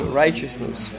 righteousness